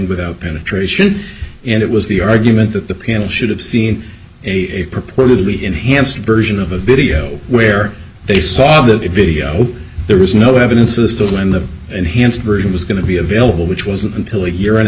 without penetration and it was the argument that the panel should have seen a purportedly enhanced version of the video where they saw that video there was no evidence of the still in the and hence version was going to be available which wasn't until a year and a